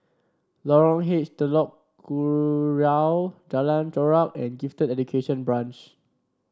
Lorong H Telok Kurau Jalan Chorak and Gifted Education Branch